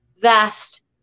vast